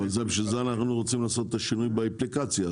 בגלל זה אנחנו רוצים לעשות את השינוי באפליקציה.